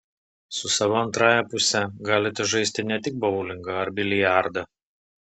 su savo antrąja puse galite žaisti ne tik boulingą ar biliardą